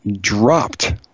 dropped